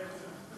כן.